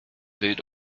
wild